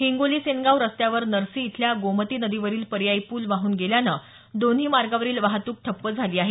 हिंगोली सेनगाव रस्त्यावर नर्सी इथल्या गोमती नदीवरील पर्यायी पूल वाहून गेल्यानं दोन्ही मार्गावरील वाहतूक ठप्प झाली आहे